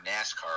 NASCAR